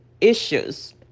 issues